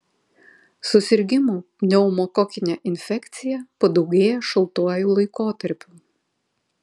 susirgimų pneumokokine infekcija padaugėja šaltuoju laikotarpiu